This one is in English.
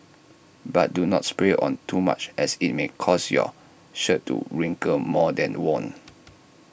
but do not spray on too much as IT may cause your shirt to wrinkle more than worn